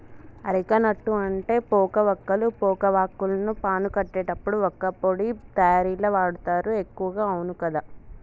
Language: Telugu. అరెక నట్టు అంటే పోక వక్కలు, పోక వాక్కులను పాను కట్టేటప్పుడు వక్కపొడి తయారీల వాడుతారు ఎక్కువగా అవును కదా